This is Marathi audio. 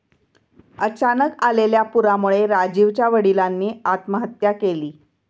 अचानक आलेल्या पुरामुळे राजीवच्या वडिलांनी आत्महत्या केली